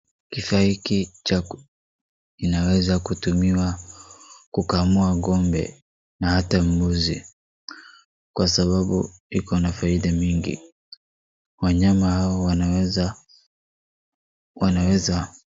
Kifaa hiki inaweza kutumiwa kukamua ng'ombe na ata mbuzi kwa sababu iko na faida mingi wanyama hawa wanaweza